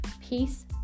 peace